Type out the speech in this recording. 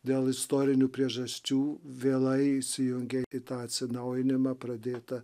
dėl istorinių priežasčių vėlai įsijungė į tą atsinaujinimą pradėtą